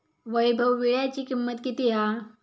वैभव वीळ्याची किंमत किती हा?